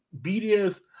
BDS